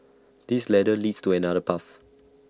this ladder leads to another path